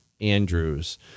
Andrews